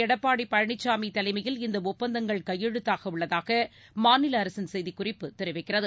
எடப்பாடி பழனிசாமி தலைமையில் இந்த ஒப்பந்தங்கள் கையெழுத்தாகவுள்ளதாக மாநில அரசின் செய்திக்குறிப்பு தெரிவிக்கிறது